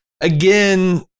again